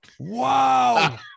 wow